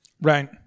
Right